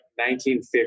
1950